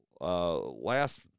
last